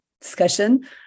discussion